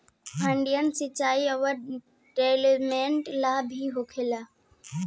funding research औरी development ला भी होखेला